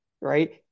right